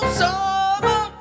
summer